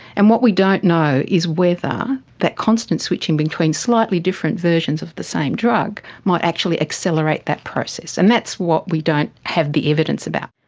and what we don't know is whether that constant switching between slightly different versions of the same drug might actually accelerate that process, and that's what we don't have the evidence about.